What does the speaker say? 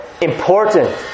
important